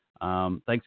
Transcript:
Thanks